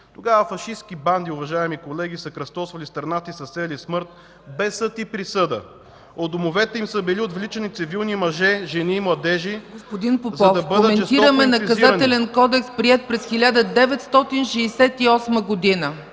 Тогава фашистки бандити, уважаеми колеги, са кръстосвали страната и са сеели смъртта без съд и присъда. От домовете им са били отвличани цивилни мъже, жени и младежи, за да бъдат жестоко инквизирани.